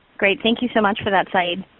great. thank you so much for that saeed.